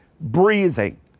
breathing